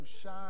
shine